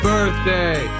Birthday